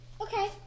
Okay